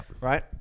Right